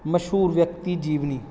ਮਸ਼ਹੂਰ ਵਿਅਕਤੀ ਜੀਵਨੀ